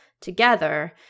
together